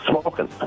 Smoking